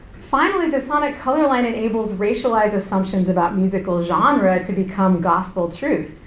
finally, the sonic color line enables racialized assumptions about musical genre to become gospel truth,